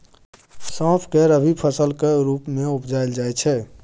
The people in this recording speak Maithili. सौंफ केँ रबी फसलक रुप मे उपजाएल जाइ छै